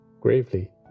gravely